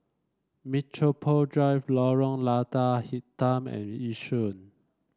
Metropole Drive Lorong Lada Hitam and Yishun